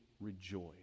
rejoice